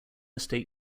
state